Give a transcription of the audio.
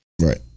right